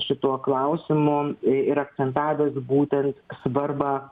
šituo klausimu i ir akcentavęs būtent svarbą